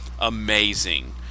amazing